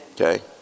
Okay